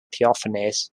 theophanes